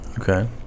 Okay